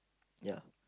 ya